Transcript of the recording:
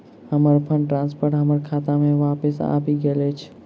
हमर fund transfer हमर खाता मे बापस आबि गइल अछि